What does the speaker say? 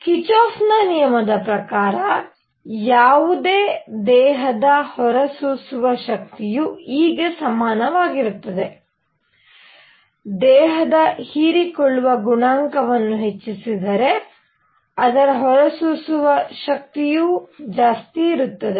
ಕಿರ್ಚಾಫ್ನ ನಿಯಮದ ಪ್ರಕಾರ ಯಾವುದೇ ದೇಹದ ಹೊರಸೂಸುವ ಶಕ್ತಿಯು E ಗೆ ಸಮನಾಗಿರುತ್ತದೆ ದೇಹದ ಹೀರಿಕೊಳ್ಳುವ ಗುಣಾಂಕವನ್ನು ಹೆಚ್ಚಿಸಿದರೆ ಅದರ ಹೊರಸೂಸುವ ಶಕ್ತಿಯು ಜಾಸ್ತಿ ಇರುತ್ತದೆ